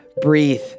Breathe